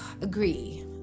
Agree